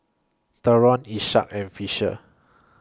Theron Isaak and Fisher